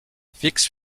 fix